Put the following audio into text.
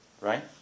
Right